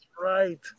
right